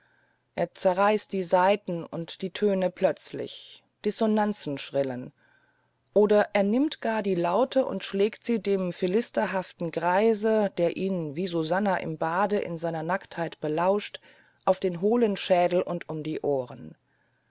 er zerreißt die saiten und die töne plötzlich dissonanzen schrillen oder er nimmt gar die laute und schlägt sie dem philisterhaften greise der ihn wie susanne im bade in seiner nacktheit belauscht auf den hohlen schädel und um die ohren